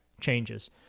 changes